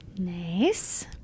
Nice